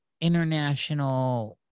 international